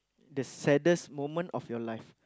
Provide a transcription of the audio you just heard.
the saddest moment of your life